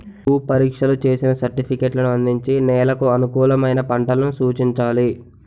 భూ పరీక్షలు చేసిన సర్టిఫికేట్లను అందించి నెలకు అనుకూలమైన పంటలు సూచించాలి